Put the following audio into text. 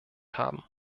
haben